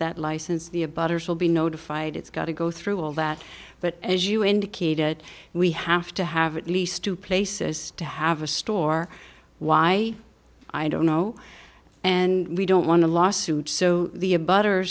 that license the a butter's will be notified it's got to go through all that but as you indicated we have to have at least two places to have a store why i don't know and we don't want a lawsuit so the a butter